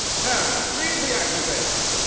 herald, read the accusation!